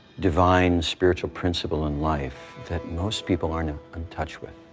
divine spiritual principal in life that most people aren't in um touch with.